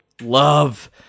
love